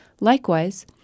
Likewise